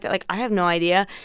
like, i have no idea.